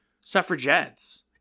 suffragettes